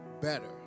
better